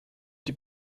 die